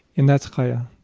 and that's chaya.